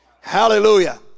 Hallelujah